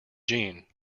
jeanne